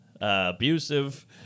abusive